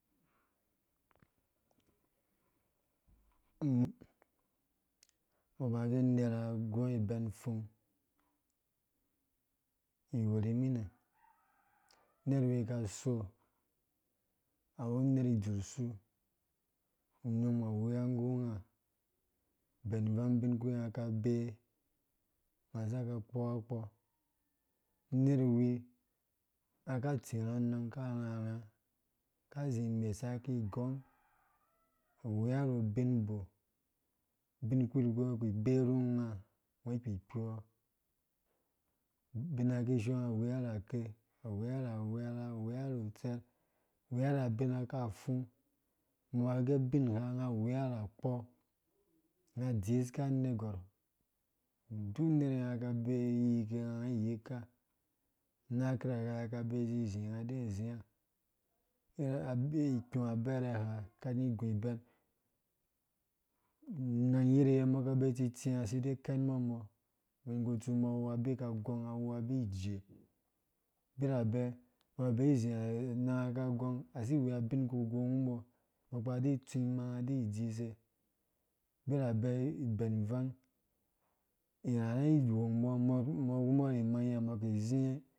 Umbɔ ha ge umera agu iban upfung uwur minɛ unerwi ka so awu uner isu idzursu, unum awea nggu unga bɛn ivang ubin ki unga kabee, unga saka akpoa kpɔ unerwi aka atsirha anang karherha ka zi imesa kgong awea ru ubinbo, ubinkpurkpi ungo uki ibea ru umga awearake, aweara abina ka fú umbɔ bagɛ ubingha unga adziska anegwar duk umerwe bee iyikɛ unga aka abee izizi unga ade zia abi ikpu abɛrɛ ha kam iguibɛn, inang iyirye umbɔ aka abee itsitsia asi ide kɛnmbɔ umbɔ, ubinkutsu awu abikagong awu abi ijee abirabɛ ababeeizi anang kagong asiiwea ubiu kughon ru umbɔ adi tsu imanga di dzise berebɛ ubɛn ivangə irharha ighong mbɔ, mbɔ awembo ri imanyɛ umbɔ ki zi